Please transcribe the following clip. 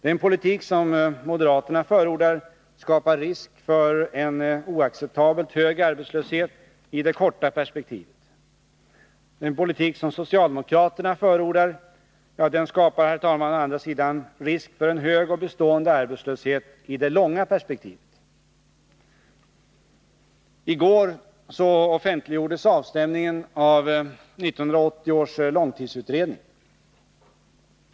Den politik som moderaterna förordar skapar å ena sidan risk för en oacceptabelt hög arbetslöshet i det korta perspektivet. Den politik som socialdemokraterna förordar skapar å andra sidan risk för en hög och bestående arbetslöshet i det långa perspektivet. I går offentliggjordes avstämningen av 1980 års långtidsutredning.